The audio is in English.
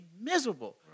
miserable